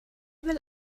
will